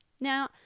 now